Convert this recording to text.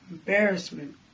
Embarrassment